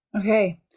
Okay